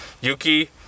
Yuki